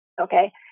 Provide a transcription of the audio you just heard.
okay